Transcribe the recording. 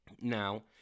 Now